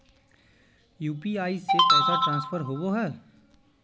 UPI से पैसा transfer होवहै?